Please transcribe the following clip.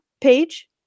page